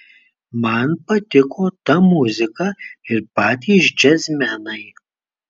man patiko ta muzika ir patys džiazmenai